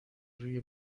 روی